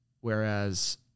Whereas